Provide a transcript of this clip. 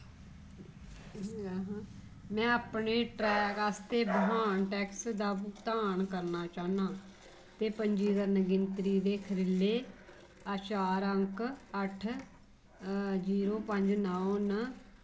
में अपने ट्रैक आस्तै वाहन टैक्स दा भुगतान करना चाह्न्नां ते पंजीकरण गिनतरी दे खीरले चार अंक अट्ठ जीरो पंज नौ न